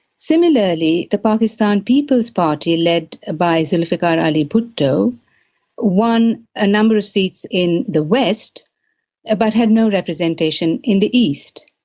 similarly the pakistan people's party led ah by zulfikar ali bhutto won a number of seats in the west ah but had no representation in the east.